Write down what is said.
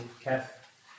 Kath